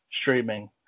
streaming